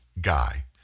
guy